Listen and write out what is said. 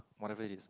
whatever it is